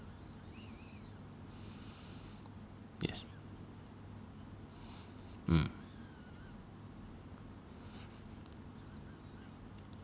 yes mm